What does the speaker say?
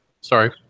Sorry